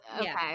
Okay